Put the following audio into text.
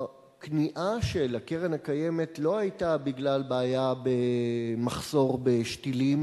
הכניעה של הקרן הקיימת לא היתה בגלל בעיה במחסור בשתילים